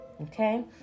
Okay